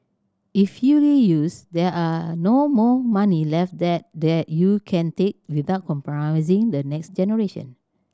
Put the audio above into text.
if fully used there are no more money left there that you can take without compromising the next generation